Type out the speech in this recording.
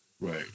right